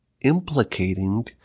implicating